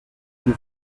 une